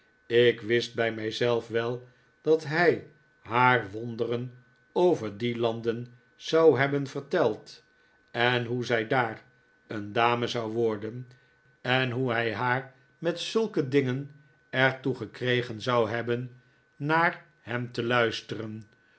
ik wist bij mijzelf wel dat hij haar wonderen over die landen zou hebben verteld en hoe zij daar een dame zou worden en hoe hij haar met zulke dingen er toe gekregen zou david copperfield hebben naar hem te luisteren